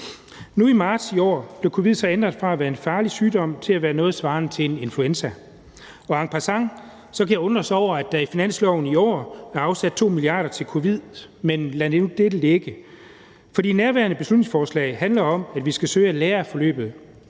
I marts i år blev covid-19 så ændret fra at være en farlig sygdom til at være noget svarende til influenza, og en passant kan jeg undres over, at der i finansloven i år er afsat 2 mia. kr. til covid-19, men lad nu det ligge. For det nærværende beslutningsforslag handler om, at vi skal søge at lære af forløbet